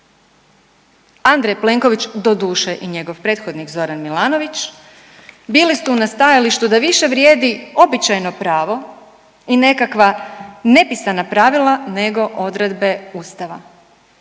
Andrej Plenković, doduše i njegov prethodnik Zoran Milanović bili su na stajalištu da više vrijedi običajno pravo i nekakva nepisana pravila nego odredbe ustava